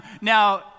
now